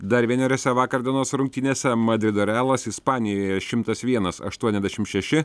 dar vieneriose vakar dienos rungtynėse madrido realas ispanijoje šimtas vienas aštuoniasdešimt šeši